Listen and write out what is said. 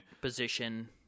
position